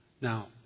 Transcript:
Now